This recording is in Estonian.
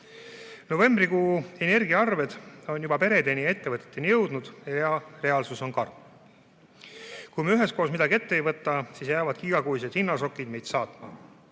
Novembrikuu energiaarved on juba peredeni ja ettevõteteni jõudnud ning reaalsus on karm. Kui me üheskoos midagi ette ei võta, siis jäävadki igakuised hinnašokid meid saatma.